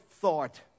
thought